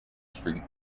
street